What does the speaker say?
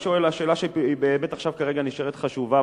השאלה שלי באמת נשארת כרגע חשובה,